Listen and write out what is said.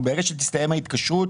ברגע שתסתיים ההתקשרות